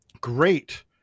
Great